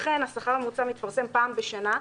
אכן השכר הממוצע מתפרסם פעם בשנה,